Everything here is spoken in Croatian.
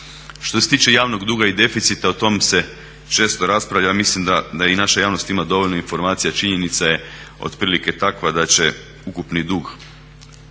Što se tiče javnog duga i deficita, o tom se često raspravlja. Mislim da i naša javnost ima dovoljno informacija, činjenica je otprilike takva da će ukupni dug